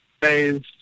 phase